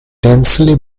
densely